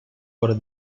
por